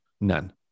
none